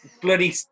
bloody